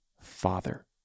father